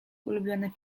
ulubiony